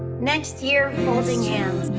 next year holding hands.